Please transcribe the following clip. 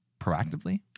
proactively